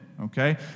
okay